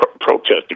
protesting